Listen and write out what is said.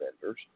vendors